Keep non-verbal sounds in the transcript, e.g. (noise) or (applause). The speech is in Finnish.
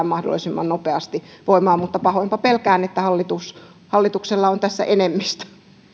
(unintelligible) mahdollisimman nopeasti voimaan mutta pahoinpa pelkään että hallituksella on tässä enemmistö